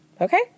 okay